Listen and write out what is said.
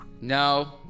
No